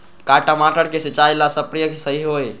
का टमाटर के सिचाई ला सप्रे सही होई?